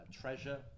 treasure